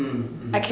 mm mm